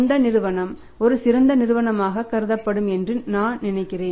அந்த நிறுவனம் ஒரு சிறந்த நிறுவனமாக கருதப்படும் என்று நினைக்கிறேன்